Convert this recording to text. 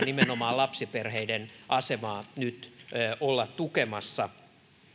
nimenomaan lapsiperheiden asemaa nyt olla tukemassa